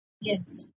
Yes